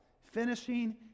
Finishing